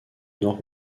nord